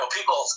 People